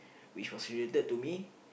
which was related to me